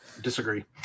Disagree